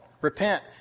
Repent